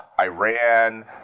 Iran